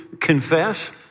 confess